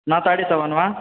न ताडितवान् वा